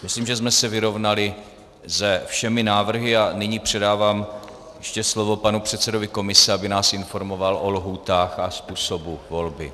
Myslím, že jsme se vyrovnali se všemi návrhy, a nyní předávám ještě slovo panu předsedovi komise, aby nás informoval o lhůtách a způsobu volby.